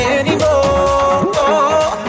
anymore